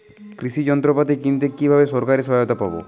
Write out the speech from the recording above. কৃষি যন্ত্রপাতি কিনতে কিভাবে সরকারী সহায়তা পাব?